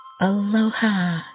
Aloha